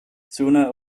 sooner